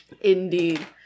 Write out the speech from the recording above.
Indeed